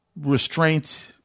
restraint